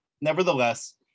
nevertheless